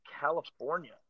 California